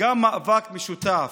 גם מאבק משותף: